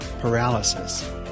paralysis